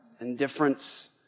indifference